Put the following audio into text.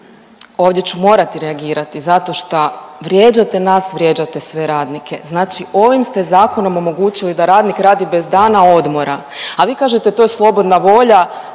ovdje ću morati reagirati zato šta vrijeđate nas, vrijeđate sve radnike. Znači ovim ste Zakonom omogućili da radnik radi bez dana odmora, a vi kažete, to je slobodna volja